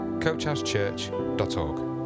coachhousechurch.org